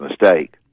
mistake